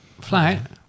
Flat